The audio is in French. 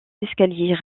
escaliers